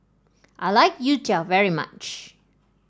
I like Youtiao very much